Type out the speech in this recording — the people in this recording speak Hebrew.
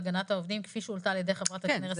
הגנת העובדים כפי שהוצעה על ידי חברת הכנסת נירה שפק.